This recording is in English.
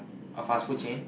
a fast food chain